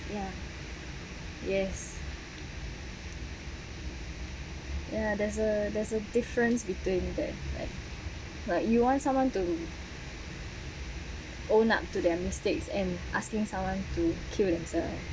ya yes ya there's a there's a difference between that and like you want someone to own up to their mistakes and asking someone to kill themselves